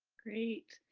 great.